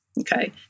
Okay